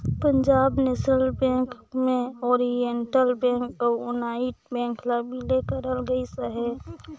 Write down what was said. Punjab National Bank में Oriental Bank अउ United Bank ल बिले करल गइस अहे